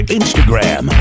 instagram